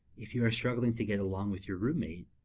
if you are struggling to get along with your roommate,